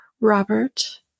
Robert